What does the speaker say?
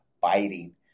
biting